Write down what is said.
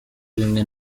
bimwe